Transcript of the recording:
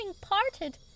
parted